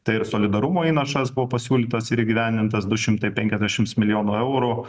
tai ir solidarumo įnašas buvo pasiūlytas ir įgyvendintas du šimtai penkiasdešimts milijonų eurų